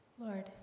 Lord